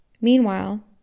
Meanwhile